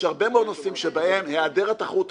יש הרבה מאוד נושאים שבהם היעדר התחרות הוא